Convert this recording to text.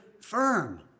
firm